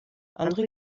andere